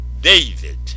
David